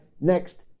next